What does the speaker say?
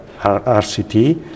RCT